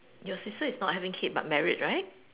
your sister is not having kids but married right